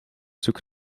zoek